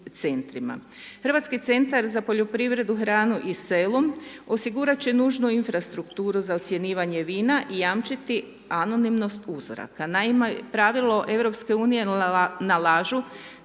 Hrvatski centar za poljoprivredu, hranu i selo osigurati će nužno infrastrukturu za ocjenjivanje vina i jamčiti anonimnost uzoraka. Naime, pravilo EU nalažu